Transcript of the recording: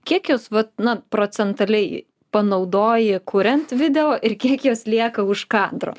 kiek jūs vat na procentaliai panaudoji kuriant video ir kiek jos lieka už kadro